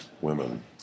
women